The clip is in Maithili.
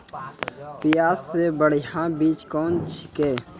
प्याज के बढ़िया बीज कौन छिकै?